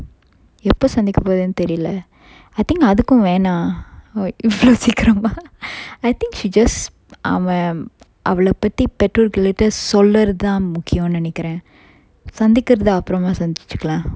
எப்ப சந்திக்க போறனு தெரியல:eppa santhikka poranu theriyala I think அதுக்கு வேணா இவ்வளவு சீக்கிரமா:athukku vena ivvalavu seekkirama I think she just அவன் அவள பத்தி பெற்றோர்கள்ட சொல்றது தான் முக்கியம் நெனைக்குரன் சந்திக்கிறது அப்புறமா சந்திச்சிக்கலாம்:avan avala pathi petrorkalta solrathu than mukkiyam nenaikkuran santhikkirathu appurama santhichikkalam